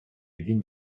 він